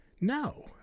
No